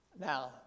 Now